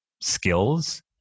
skills